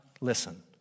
listen